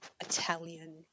Italian